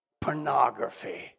Pornography